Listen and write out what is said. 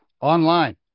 online